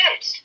good